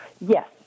yes